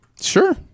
sure